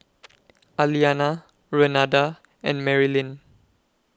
Aliana Renada and Marylin